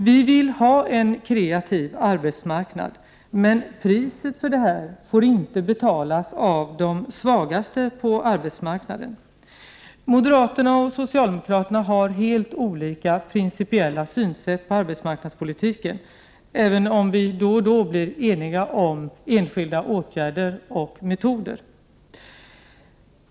Vi vill ha en kreativ arbetsmarknad. Men priset för detta får inte betalas av de svagaste på arbetsmarknaden. Moderaterna och socialdemokraterna har helt olika principiella synsätt på arbetsmarknadspolitiken, även om vi då och då blir eniga om enskilda åtgärder och metoder.